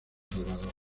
salvador